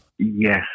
Yes